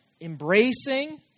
embracing